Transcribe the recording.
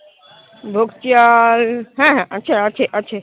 ভোগ চাল হ্যাঁ হ্যাঁ আছে আছে আছে